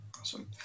Awesome